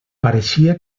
pareixia